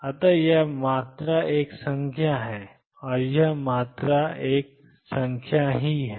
अत यह मात्रा एक संख्या है और यह मात्रा एक संख्या है